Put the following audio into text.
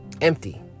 empty